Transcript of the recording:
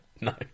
No